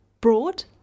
broad